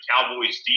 Cowboys